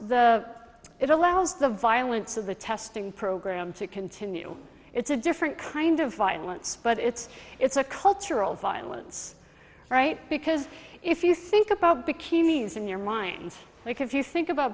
the it allows the violence of the testing program to continue it's a different kind of violence but it's it's a cultural violence right because if you think about bikini's in your mind if you think about